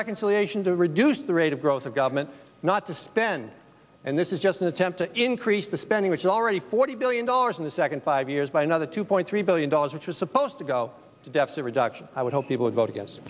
reconciliation to reduce the rate of growth of government not to spend and this is just an attempt to increase the spending which is already forty billion dollars in the second five years by another two point three billion dollars which is supposed to go to deficit reduction i would hope people would vote against